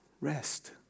rest